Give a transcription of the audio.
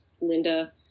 Linda